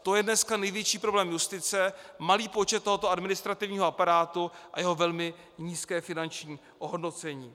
To je dneska největší problém justice malý počet tohoto administrativního aparátu a jeho velmi nízké finanční ohodnocení.